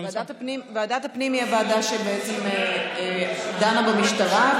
ועדת הפנים היא הוועדה שדנה במשטרה,